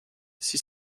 six